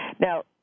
Now